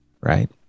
right